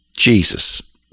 Jesus